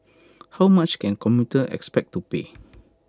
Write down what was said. how much can commuters expect to pay